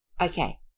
Okay